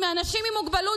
מאנשים עם מוגבלות,